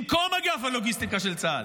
במקום אגף הלוגיסטיקה של צה"ל,